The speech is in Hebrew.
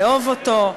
לאהוב אותו,